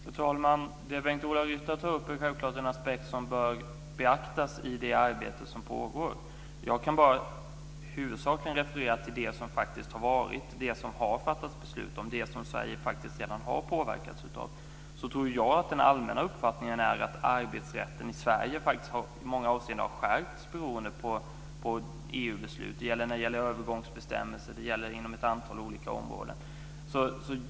Fru talman! Det Bengt-Ola Ryttar tar upp är självfallet en aspekt som bör beaktas i det arbete som pågår. Jag kan bara huvudsakligen referera till det som faktiskt har varit, det man faktiskt har fattat beslut om och det som Sverige faktiskt redan har påverkats av. Jag tror att den allmänna uppfattningen är att arbetsrätten i Sverige i många avseenden har skärpts beroende på EU-beslut. Det gäller bl.a. övergångsbestämmelser och inom ett antal olika områden.